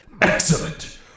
Excellent